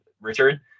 richard